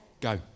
Go